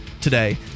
today